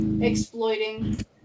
Exploiting